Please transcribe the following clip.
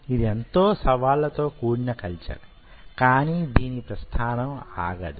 ఇది ఎంతో సవాళ్లతో కూడిన కల్చర్ కానీ దీని ప్రస్థానం ఆగదు